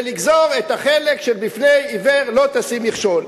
ולגזור את החלק של בפני עיוור לא תשים מכשול.